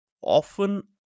often